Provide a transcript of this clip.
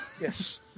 Yes